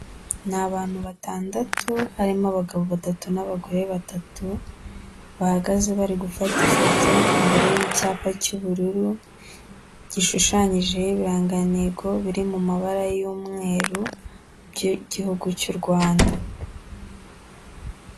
Ni abantu batandatu, harimo abagabo batatu n'abagore batatu, bahagaze bari gufata ifoto imbere y'icyapa cy'ubururu, gishushanyijeho ibihangantego biri mu mabara y'umweru, by'igihugu cy'u Rwanda.